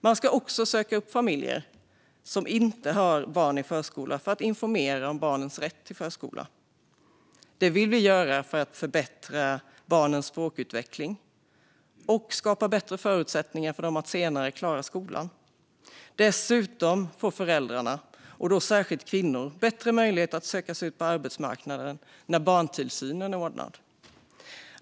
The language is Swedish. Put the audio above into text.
Man ska också söka upp familjer som inte har barn i förskolan för att informera om barnens rätt till förskola. Detta vill vi göra för att förbättra barns språkutveckling och skapa bättre förutsättningar för dem att senare klara skolan. Dessutom får föräldrar, särskilt mödrar, bättre möjlighet att söka sig ut på arbetsmarknaden när barntillsynen är ordnad.